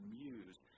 muse